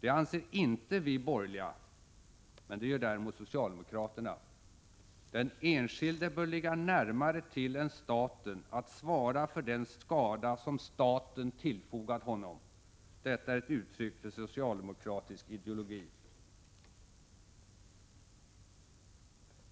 Det anser icke vi borgerliga, men det gör däremot socialdemokraterna. Den enskilde bör ligga närmare till än staten att svara för den skada som staten tillfogat honom — detta är ett uttryck för socialdemokratisk ideologi.